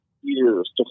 years